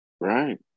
right